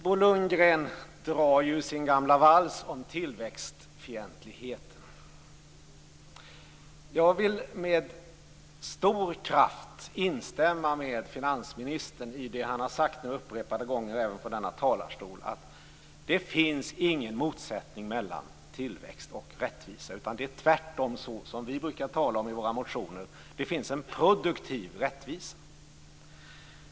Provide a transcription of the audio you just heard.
Bo Lundgren drar sin gamla vals om tillväxtfientligheten. Jag vill med stor kraft instämma med finansministern i det han har sagt upprepade gånger från denna talarstol, nämligen att det inte finns någon motsättning mellan tillväxt och rättvisa. Det är tvärtom så - och det brukar vi nämna i våra motioner - att det finns en produktiv rättvisa.